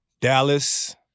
Dallas